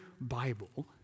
Bible